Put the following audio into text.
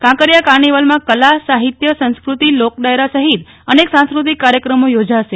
કાંકરિયા કાર્નિવલમાં કલા સાહિત્ય સંસ્કૃતિ લોકડાયરા સહિત અનેક સાંસ્કૃતિક કાર્યક્રમો યોજાશે